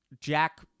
jack